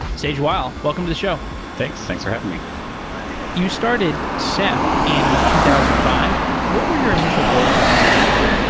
sage weil, welcome to the show thanks. thanks for having me you started ceph in two thousand and five. what were your initial goals with the project?